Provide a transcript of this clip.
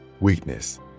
weakness